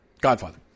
godfather